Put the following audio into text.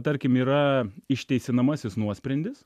tarkim yra išteisinamasis nuosprendis